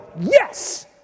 yes